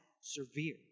severe